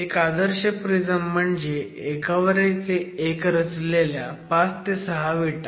एक आदर्श प्रिझम म्हणजे एकावर एक रचलेल्या 5 ते 6 विटा